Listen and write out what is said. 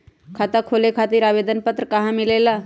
खाता खोले खातीर आवेदन पत्र कहा मिलेला?